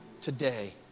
today